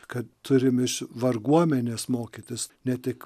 kad turim iš varguomenės mokytis ne tik